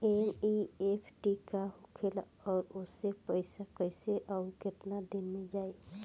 NEFT का होखेला और ओसे पैसा कैसे आउर केतना दिन मे जायी?